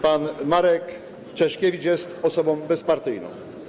Pan Marek Czeszkiewicz jest osobą bezpartyjną.